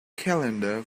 calendar